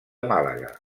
màlaga